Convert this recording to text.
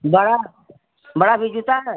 बड़ा बड़ा भी जूता है